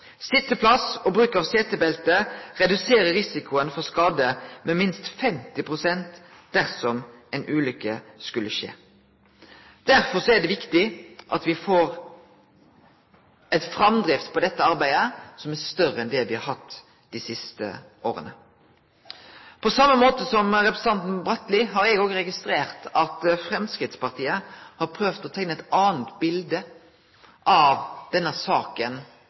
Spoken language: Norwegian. og bruk av setebelte reduserer risikoen for skade med minst 50 pst. dersom ei ulykke skulle skje. Derfor er det viktig at vi får ei framdrift i dette arbeidet som er større enn det me har hatt dei siste åra. På same måte som representanten Bratli har eg registrert at Framstegspartiet har prøvd å teikne eit anna bilete av denne saka